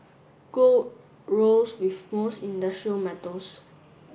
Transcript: gold rose with most industrial metals